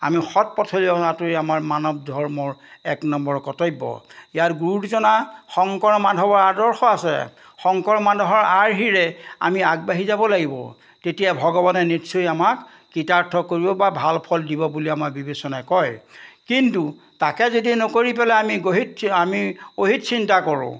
আমি সৎ পথৈ অনাটোৱেই আমাৰ মানৱ ধৰ্মৰ এক নম্বৰ কৰ্তব্য ইয়াৰ গুৰুজনা শংকৰ মাধৱৰ আদৰ্শ আছে শংকৰ মাধৱৰ আৰ্হিৰে আমি আগবাঢ়ি যাব লাগিব তেতিয়া ভগৱানে নিশ্চয় আমাক কীতাৰ্থ কৰিব বা ভাল ফল দিব বুলি আমাৰ বিবেচনাই কয় কিন্তু তাকে যদি নকৰি পেলাই আমি গঢ়িত আমি অহিত চিন্তা কৰোঁ